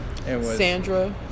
Sandra